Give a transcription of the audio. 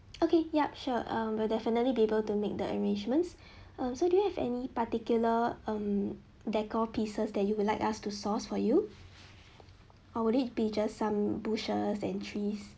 okay yup sure err we'll definitely be able to make the arrangements um so do you have any particular um decor pieces that you would like us to source for you or would it be just some bushes and trees